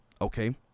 okay